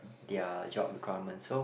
their job requirements so